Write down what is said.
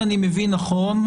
אם אני מבין נכון,